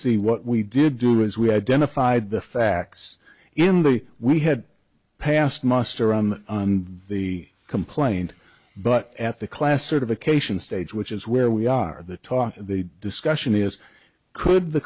see what we did do is we identified the facts in the way we had passed muster on the complaint but at the class certification stage which is where we are the talk the discussion is could the